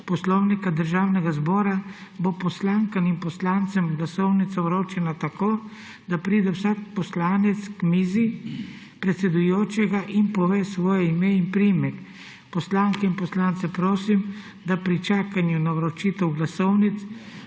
Poslovnika Državnega zbora bo poslankam in poslancem glasovnica vročena tako, da pride vsak poslanec k mizi predsedujočega in pove svoje ime in priimek. Poslanke in poslance prosim, da pri čakanju na vročitev glasovnic,